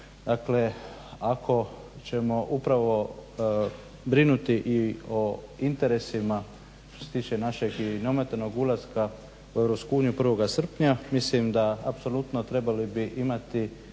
Dakle, ako ćemo upravo brinuti i o interesima što se tiče našeg i neometanog ulaska u EU 1.7. mislim da apsolutno trebali bi imati